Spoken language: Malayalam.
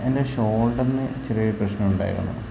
എൻ്റെ ഷോൾഡറിന് ചെറിയ ഒരു പ്രശ്നം ഉണ്ടായിരുന്നു